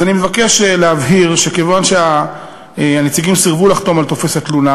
אני מבקש להבהיר שכיוון שהנציגים סירבו לחתום על טופס התלונה,